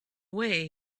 way